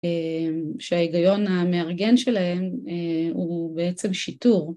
שההיגיון המארגן שלהם הוא בעצם שיטור.